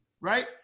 right